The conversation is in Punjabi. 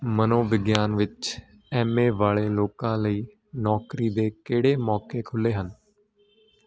ਮਨੋਵਿਗਿਆਨ ਵਿੱਚ ਐਮ ਏ ਵਾਲੇ ਲੋਕਾਂ ਲਈ ਨੌਕਰੀ ਦੇ ਕਿਹੜੇ ਮੌਕੇ ਖੁੱਲ੍ਹੇ ਹਨ